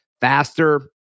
faster